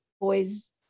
boys